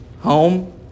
Home